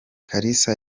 kalisa